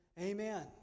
Amen